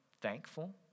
thankful